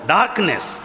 Darkness